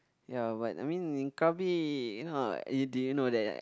ya but I mean in krabi you know eh do you know that